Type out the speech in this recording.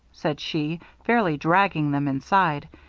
said she, fairly dragging them inside.